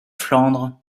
flandre